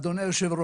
אדוני היושב-ראש,